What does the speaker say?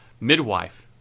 midwife